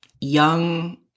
young